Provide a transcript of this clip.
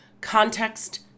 context